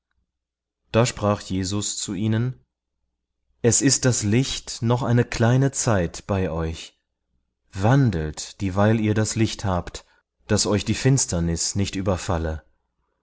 da sprach jesus zu ihnen es ist das licht noch eine kleine zeit bei euch wandelt dieweil ihr das licht habt daß euch die finsternis nicht überfalle